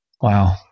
Wow